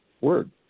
word